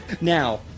Now